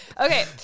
Okay